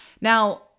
Now